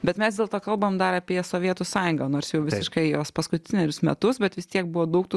bet mes dėl to kalbam dar apie sovietų sąjungą nors jau visiškai jos paskutinerius metus bet vis tiek buvo daug tų